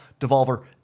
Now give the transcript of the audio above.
Devolver